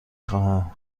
خواهم